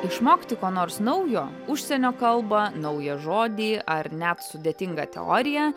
išmokti ko nors naujo užsienio kalbą naują žodį ar net sudėtingą teoriją